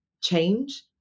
change